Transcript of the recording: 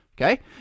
okay